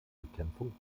bekämpfung